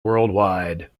worldwide